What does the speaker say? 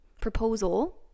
proposal